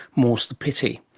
more's the pity,